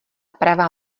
pravá